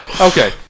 Okay